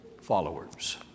followers